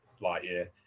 Lightyear